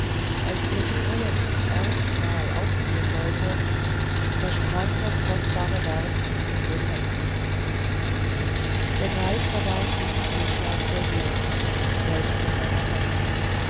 als er die uhr zum ersten mal aufziehen wollte zersprang das kostbare werk ihm in den händen der greis verbarg diesen fehlschlag vor jedermann selbst vor seiner tochter